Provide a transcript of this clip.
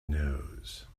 knows